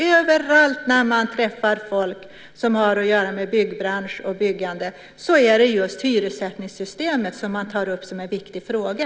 Överallt där man träffar människor som har med byggbranschen att göra så tar de upp just hyressättningssystemet som en viktig fråga.